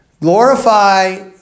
Glorify